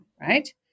right